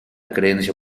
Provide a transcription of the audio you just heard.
creencia